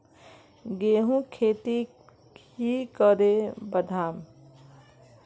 गेंहू खेती की करे बढ़ाम?